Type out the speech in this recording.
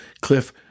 Cliff